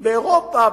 באירופה,